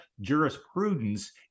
jurisprudence